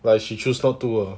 but she chose not to ah